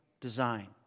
design